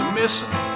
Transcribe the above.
missing